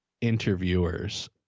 interviewers